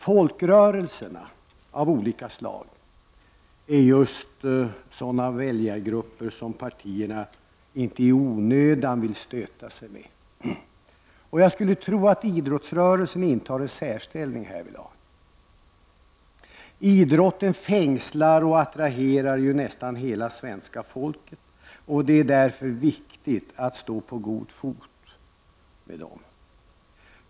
Folkrörelser av olika slag är en sådan väljargrupp som partierna inte i onödan vill stöta sig med, och jag skulle tro att idrottsrörelsen intar en särställning härvidlag. Idrotten fängslar och attraherar nästan hela svenska folket. Det är därför viktigt att stå på god fot med människor inom idrotten.